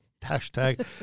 hashtag